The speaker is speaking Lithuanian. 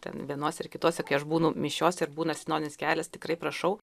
ten vienose ar kitose kai aš būnu mišiose ir būna sinodinis kelias tikrai prašau